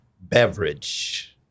beverage